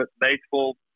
baseball